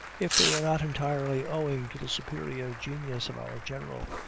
if they were not entirely owing to the superior genius of our general,